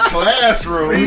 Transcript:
Classroom